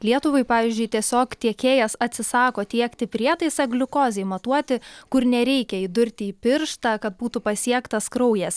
lietuvai pavyzdžiui tiesiog tiekėjas atsisako tiekti prietaisą gliukozei matuoti kur nereikia įdurti į pirštą kad būtų pasiektas kraujas